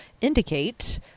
indicate